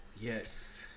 Yes